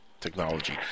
technology